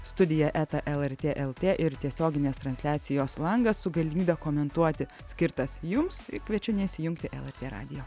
studija eta lrt lt ir tiesioginės transliacijos langas su galimybe komentuoti skirtas jums ir kviečiu neišsijungti lrt radijo